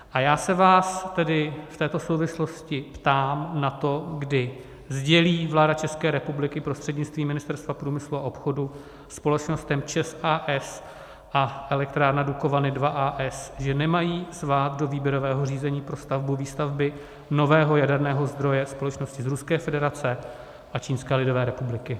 A já se vás tedy v této souvislosti ptám na to, kdy sdělí vláda České republiky prostřednictvím Ministerstva průmyslu a obchodu společnostem ČEZ, a. s., a Elektrárna Dukovany II, a. s., že nemají zvát do výběrového řízení pro stavbu výstavby nového jaderného zdroje společnosti z Ruské federace a Čínské lidové republiky.